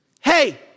Hey